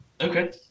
Okay